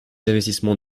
investissements